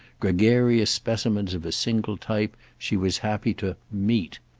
gregarious specimens of a single type, she was happy to meet.